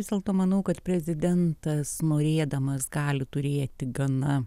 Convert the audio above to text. vis dėlto manau kad prezidentas norėdamas gali turėti gana